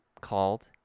called